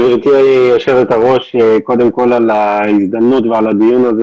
גברתי יושבת-הראש על ההזדמנות ועל הדיון הזה.